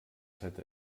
hätte